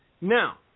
Now